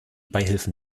beihilfen